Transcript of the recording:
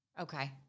Okay